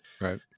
Right